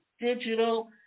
digital